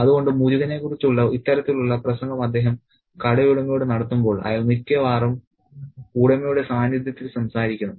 അതുകൊണ്ട് മുരുകനെക്കുറിച്ചുള്ള ഇത്തരത്തിലുള്ള പ്രസംഗം അദ്ദേഹം കടയുടമയോട് നടത്തുമ്പോൾ അയാൾ മിക്കവാറും ഉടമയുടെ സാന്നിധ്യത്തിൽ സംസാരിക്കുന്നു